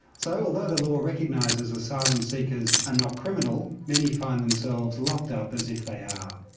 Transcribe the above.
so although the law recognises asylum seekers are not criminal, many find themselves locked up as if they are.